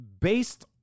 based